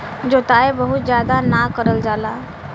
जोताई बहुत जादा ना करल जाला